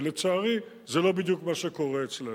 ולצערי זה לא בדיוק מה שקורה אצלנו.